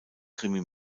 krimi